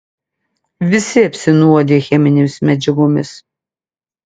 visi apsinuodiję cheminėmis medžiagomis